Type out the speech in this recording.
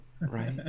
Right